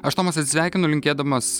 aš tomas atsisveikinu linkėdamas